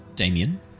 Damien